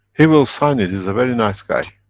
he will sign it, he's a very nice guy.